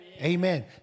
Amen